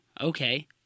okay